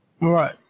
Right